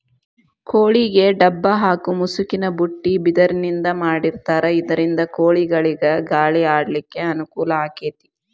ಕೋಳಿಗೆ ಡಬ್ಬ ಹಾಕು ಮುಸುಕಿನ ಬುಟ್ಟಿ ಬಿದಿರಿಂದ ಮಾಡಿರ್ತಾರ ಇದರಿಂದ ಕೋಳಿಗಳಿಗ ಗಾಳಿ ಆಡ್ಲಿಕ್ಕೆ ಅನುಕೂಲ ಆಕ್ಕೆತಿ